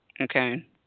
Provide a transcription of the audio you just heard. Okay